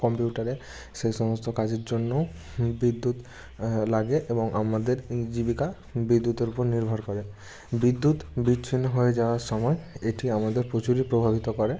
কম্পিউটারে সেই সমস্ত কাজের জন্যও বিদ্যুৎ লাগে এবং আমাদের জীবিকা বিদ্যুতের উপর নির্ভর করে বিদ্যুৎ বিচ্ছিন্ন হয়ে যাওয়ার সময় এটি আমাদের প্রচুরই প্রভাবিত করে